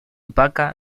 baca